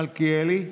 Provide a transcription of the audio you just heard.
חבר הכנסת מלכיאלי,